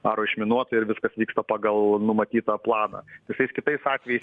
aro išminuotojai ir viskas vyksta pagal numatytą planą visais kitais atvejais